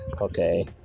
Okay